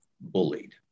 bullied